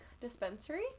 dispensary